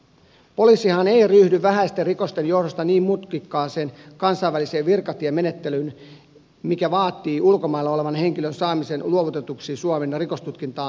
poliisihan ei ryhdy vähäisten rikosten johdosta niin mutkikkaaseen kansainväliseen virkatiemenettelyyn mikä vaatii ulkomailla olevan henkilön saamisen luovutetuksi suomeen rikostutkintaa varten